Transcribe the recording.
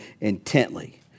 intently